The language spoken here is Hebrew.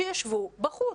שישבו בחוץ.